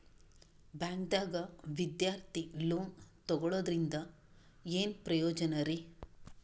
ಬ್ಯಾಂಕ್ದಾಗ ವಿದ್ಯಾರ್ಥಿ ಲೋನ್ ತೊಗೊಳದ್ರಿಂದ ಏನ್ ಪ್ರಯೋಜನ ರಿ?